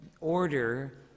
order